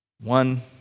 One